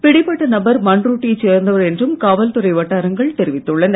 பிடிபட்ட நபர் பண்ருட்டி யைச் சேர்ந்தவர் என்றும் காவல்துறை வட்டாரங்கள் தெரிவித்துள்ளன